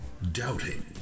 Doubting